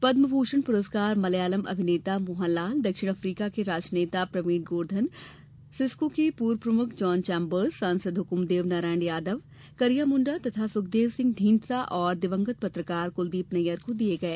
पदमभूषण पुरस्कार मलयालम अभिनेता मोहनलाल दक्षिण अफ्रीका के राजनेता प्रवीण गोर्धन सिस्को के पूर्व प्रमुख जॉन चैंबर्स सांसद हुकुमदेव नारायण यादव करिया मुंडा तथा सुखदेव सिंह ढींसा और दिवंगत पत्रकार कुलदीप नैय्यर को दिए गए